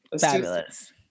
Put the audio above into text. Fabulous